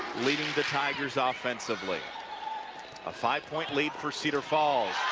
leading the tigers ah offensively a five-point lead for cedar falls,